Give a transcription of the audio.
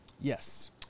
Yes